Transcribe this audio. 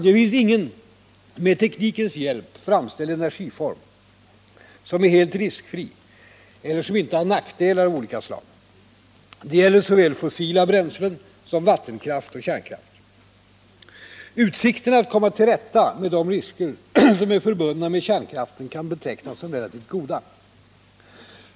Det finns ingen med teknikens hjälp framställd energiform som är helt riskfri eller som inte har nackdelar av olika slag. Det gäller såväl fossila bränslen som vattenkraft och kärnkraft. Utsikterna att komma till rätta med de risker som är förbundna med kärnkraften kan betecknas som relativt goda.